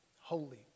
holy